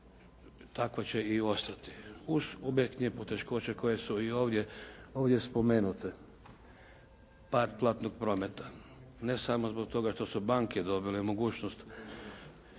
takva će i ostati uz objektivne poteškoće koje su i ovdje spomenute. Pad platnog prometa. Ne samo zbog toga što su banke dobile mogućnost